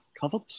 covered